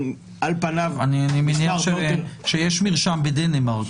על פניו -- אני מניח שיש מרשם בדנמרק.